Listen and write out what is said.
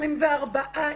24 איש,